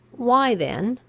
why then,